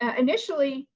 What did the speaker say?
ah initially,